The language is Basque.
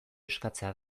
eskatzea